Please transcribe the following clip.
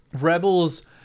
Rebels